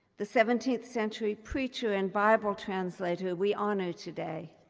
the seventeenth century preacher and bible translator we honor today,